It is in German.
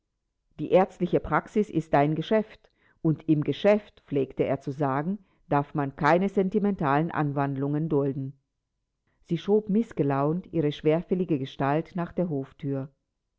die ärztliche praxis ist dein geschäft und im geschäft pflegte er zu sagen darf man keine sentimentalen anwandlungen dulden sie schob mißgelaunt ihre schwerfällige gestalt nach der hofthür